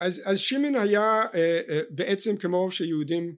אז שימן היה בעצם כמו שיהודים